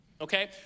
Okay